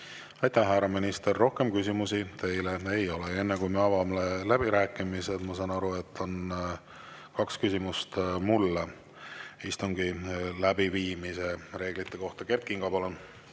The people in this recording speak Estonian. Aitäh, härra minister! Rohkem küsimusi teile ei ole. Enne kui me avame läbirääkimised, ma saan aru, on kaks küsimust mulle istungi läbiviimise reeglite kohta. Kert Kingo, palun!